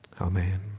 Amen